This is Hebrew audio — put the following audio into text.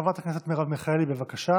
חברת הכנסת מרב מיכאלי, בבקשה,